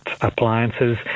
appliances